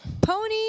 Pony